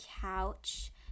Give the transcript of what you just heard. couch